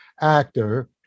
actor